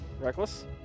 Reckless